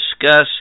discuss